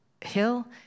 hill